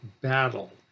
battle